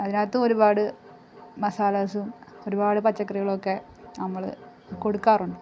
അതിനകത്തും ഒരുപാട് മസാലാസും ഒരുപാട് പച്ചക്കറികളൊക്കെ നമ്മൾ കൊടുക്കാറുണ്ട്